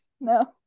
No